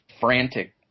frantic